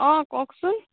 অঁ কওকচোন